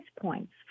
points